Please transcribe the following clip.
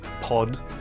Pod